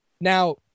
Now